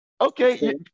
Okay